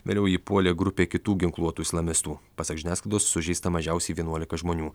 vėliau jį puolė grupė kitų ginkluotų islamistų pasak žiniasklaidos sužeista mažiausiai vienuolika žmonių